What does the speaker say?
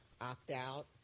opt-out